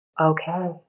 okay